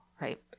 right